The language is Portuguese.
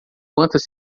quantas